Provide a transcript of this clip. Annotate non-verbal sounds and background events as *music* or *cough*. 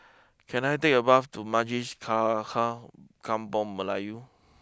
can I take a bus to *unintelligible* Kampung Melayu